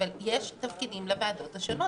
אבל יש תפקידים לוועדות השונות.